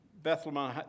Bethlehem